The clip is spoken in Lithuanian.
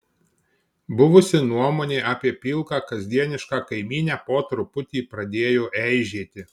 buvusi nuomonė apie pilką kasdienišką kaimynę po truputį pradėjo eižėti